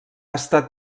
estat